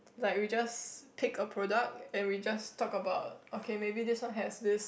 like we just take a product and we just talk about okay maybe this one has this